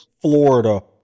Florida